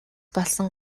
болсон